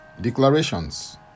Declarations